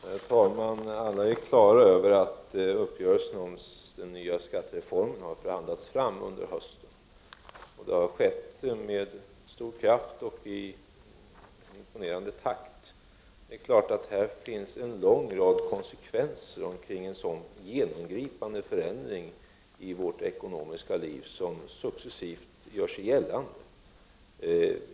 Herr talman! Alla är klara över att uppgörelsen om den nya skattereformen har förhandlats fram under hösten. Det har skett med stor kraft och i imponerande takt. En lång rad konsekvenser gör sig naturligtvis successivt gällande efter en sådan genomgripande förändring av vårt ekonomiska liv.